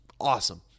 Awesome